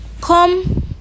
come